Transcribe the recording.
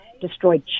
destroyed